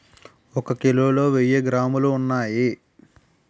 ఒక కిలోలో వెయ్యి గ్రాములు ఉన్నాయి